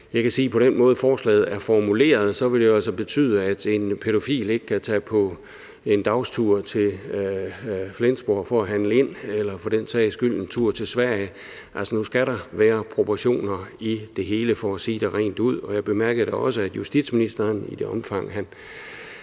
Jeg kan sige, at på den måde forslaget er formuleret, vil det jo altså betyde, at en pædofil ikke kan tage på en dagstur til Flensborg for at handle ind eller for den sags skyld en tur til Sverige. Altså, nu skal der være proportioner i det hele for at sige det rent ud, og jeg bemærkede da også, at justitsministeren i et vist omfang